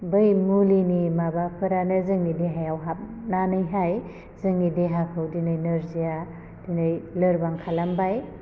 बै मुलिनि माबाफोरानो जोंनि देहायाव हाबनानैहाय जोंनि देहाखौ दिनै नोरजिया दिनै लोरबां खालामबाय